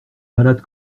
malade